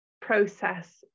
process